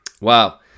Wow